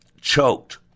choked